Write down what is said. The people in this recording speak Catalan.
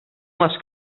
les